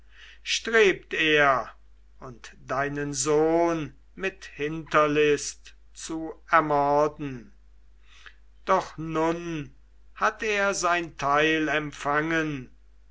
strebt er und deinen sohn mit hinterlist zu ermorden doch nun hat er sein teil empfangen